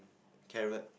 carrot